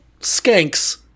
skanks